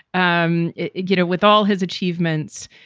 um you know with all his achievements,